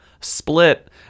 Split